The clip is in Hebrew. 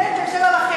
ילד בן שבע וחצי,